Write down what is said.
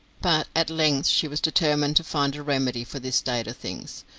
but at length she was determined to find a remedy for this state of things.